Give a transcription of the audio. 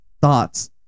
thoughts